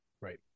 Right